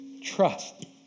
trust